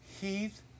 Heath